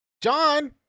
John